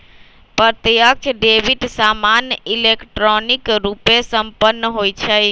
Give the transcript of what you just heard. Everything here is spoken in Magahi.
प्रत्यक्ष डेबिट सामान्य इलेक्ट्रॉनिक रूपे संपन्न होइ छइ